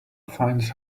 finds